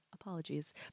Apologies